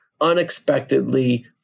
unexpectedly